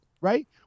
Right